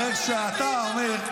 הרי כשאתה אומר,